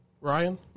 Ryan